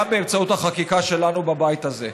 גם באמצעות החקיקה שלנו בבית הזה.